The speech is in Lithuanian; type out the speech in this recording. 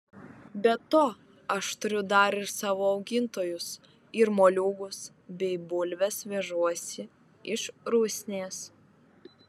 be to aš turiu dar ir savo augintojus ir moliūgus bei bulves vežuosi iš rusnės